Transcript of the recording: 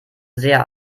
sehr